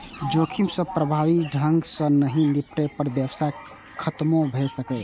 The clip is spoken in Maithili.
जोखिम सं प्रभावी ढंग सं नहि निपटै पर व्यवसाय खतमो भए सकैए